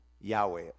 Yahweh